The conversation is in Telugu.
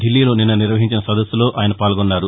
దిల్లీలో నిన్న నిర్వహించిన సదస్సులో ఆయన పాల్గొన్నారు